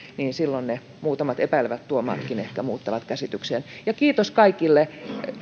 silloin ne muutamat epäilevät tuomaatkin ehkä muuttavat käsityksen kiitos kaikille